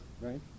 right